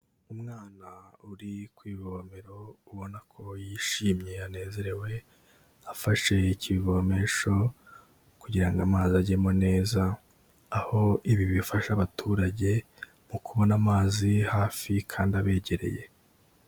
Umwana uri ku ivomero ubona ko yishimye yanezerewe, afashe ikivomesho kugira ngo amazi ajyemo neza, aho ibi bifasha abaturage mu kubona amazi hafi kandi abegereye.